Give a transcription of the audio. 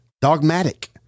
dogmatic